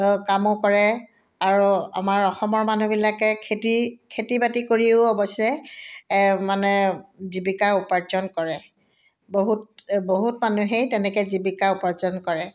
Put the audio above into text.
কামো কৰে আৰু আমাৰ অসমৰ মানুহবিলাকে খেতি খেতি বাতি কৰিও অৱশ্যে মানে জীৱিকা উপাৰ্জন কৰে বহুত বহুত মানুহেই তেনেকৈ জীৱিকা উপাৰ্জন কৰে